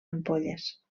ampolles